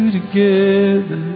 together